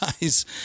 guys